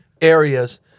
areas